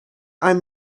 i’m